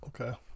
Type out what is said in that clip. Okay